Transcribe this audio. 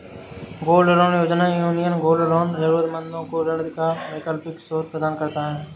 gold loan योजना, union gold loan जरूरतमंदों को ऋण का वैकल्पिक स्रोत प्रदान करता है